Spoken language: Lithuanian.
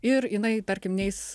ir jinai tarkim neis